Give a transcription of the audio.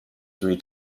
three